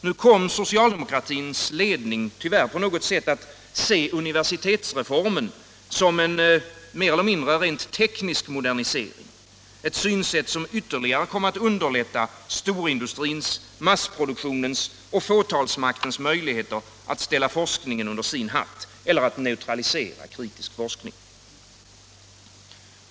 Nu kom socialdemokratins ledning på något sätt att se universitetsreformen som en mer eller mindre rent teknisk modernisering, ett synsätt som ytterligare kom att underlätta storindustrins, massproduktionens och fåtalsmaktens möjligheter att ställa forskningen under sin hatt, eller att neutralisera kritisk forskning.